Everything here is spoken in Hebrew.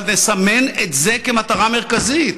אבל לסמן את זה כמטרה מרכזית,